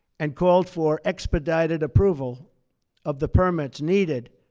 and called for expedited approval of the permits needed